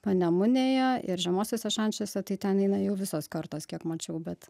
panemunėje ir žemuosiuose šančiuose tai ten eina jau visos kartos kiek mačiau bet